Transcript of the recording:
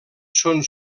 són